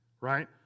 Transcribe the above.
Right